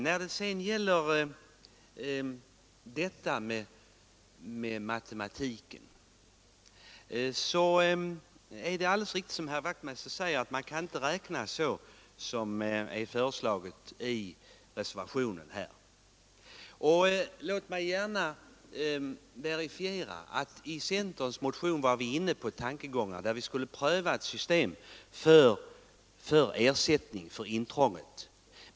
När det sedan gäller detta med matematiken, är det alldeles riktigt som herr Wachtmeister säger, att man inte kan räkna så som det är föreslaget i reservationen. Låt mig gärna verifiera att när vi skulle skriva centerns motion var vi inne på dessa tankegångar, när vi skulle pröva ett system för ersättning för intrånget.